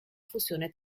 fusione